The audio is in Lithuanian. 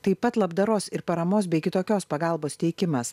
taip pat labdaros ir paramos bei kitokios pagalbos teikimas